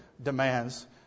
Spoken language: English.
demands